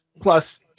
Plus